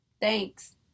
Thanks